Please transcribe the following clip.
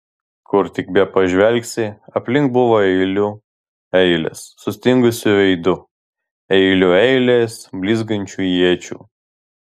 kur tik bepažvelgsi aplink buvo eilių eilės sustingusių veidų eilių eilės blizgančių iečių